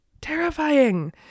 Terrifying